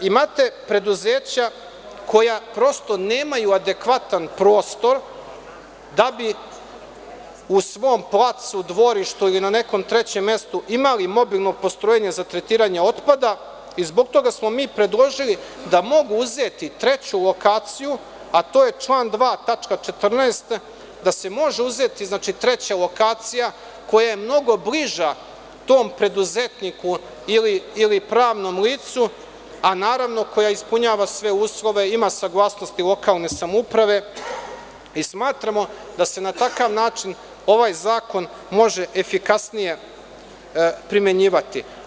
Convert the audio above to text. Imate preduzeća koja prosto nemaju adekvatan prostor da bi u svom placu, dvorištu ili na nekom trećem mestu imali mobilno postrojenje za tretiranje otpada i zbog toga smo mi predložili da mogu uzeti treću lokaciju, a to je član 2. tačka 14. da se može uzeti, znači, treća lokacija koja je mnogo bliža tom preduzetniku ili pravnom licu, a naravno koja ispunjava sve uslove ima saglasnost lokalne samouprave i smatramo da se na takav način ovaj zakon može efikasnije primenjivati.